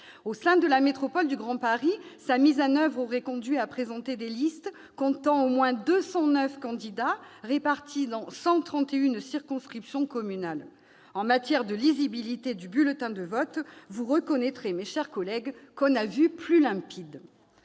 Au sein de la métropole du Grand Paris, sa mise en oeuvre aurait conduit à présenter des listes comptant au moins 209 candidats répartis dans 131 circonscriptions communales ... En termes de lisibilité du bulletin de vote, vous reconnaîtrez, mes chers collègues, que l'on a vu plus limpide